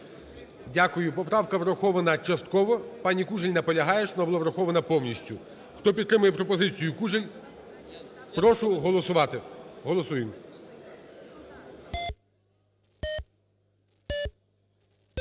Дякую. Поправка врахована частково. Пані Кужель наполягає, щоб вона була врахована повністю. Хто підтримує пропозицію Кужель, прошу голосувати, голосуємо.